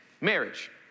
marriage